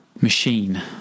machine